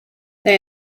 they